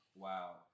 Wow